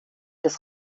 das